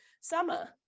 summer